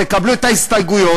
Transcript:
תקבלו את ההסתייגויות,